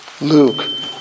Luke